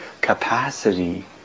capacity